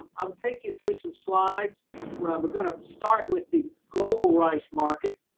um take you through some slides, well we're going to start with the global rice market.